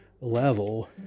level